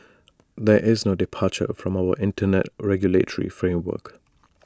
there is no departure from our Internet regulatory framework